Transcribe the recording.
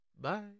Bye